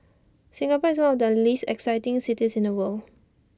Singapore is one of the least exciting cities in the world